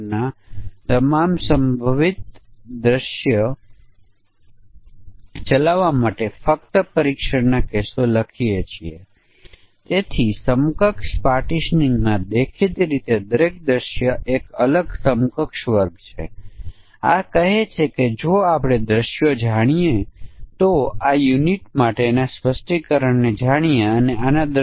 જો મૂળ રકમ 1 લાખ કરતા ઓછા હોય તો 1 વર્ષ સુધીની ડિપોઝિટ માટે 6 ટકા વ્યાજ ચૂકવવાનું છે અને 1 વર્ષથી વધુ ડિપોઝિટ માટે 7 ટકા વ્યાજ ચૂકવવાનું છે પરંતુ 3 વર્ષથી ઓછા અને 3 વર્ષ અને તેથી વધુની રકમ માટે ડિપોઝિટ માટે 8 ટકા વ્યાજ